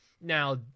Now